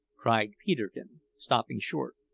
cried peterkin, stopping short,